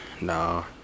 No